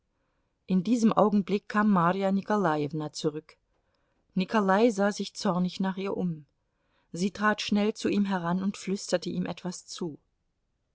in diesem augenblick kam marja nikolajewna zurück nikolai sah sich zornig nach ihr um sie trat schnell zu ihm heran und flüsterte ihm etwas zu